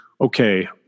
okay